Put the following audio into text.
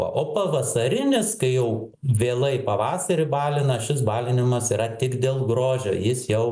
o pavasarinis kai jau vėlai pavasarį balina šis balinimas yra tik dėl grožio jis jau